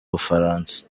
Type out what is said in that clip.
bufaransa